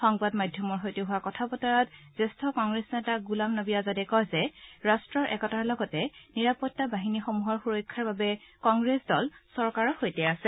সংবাদ মাধ্যমৰ সৈতে হোৱা কথা বতৰাত জ্যেষ্ঠ কংগ্ৰেছ নেতা গুলাম নবী আজাদে কয় যে ৰাট্টৰ একতাৰ লগতে নিৰাপত্তা বাহিনীসমূহৰ সুৰক্ষাৰ বাবে কংগ্ৰেছ দল চৰকাৰৰ সৈতে আছে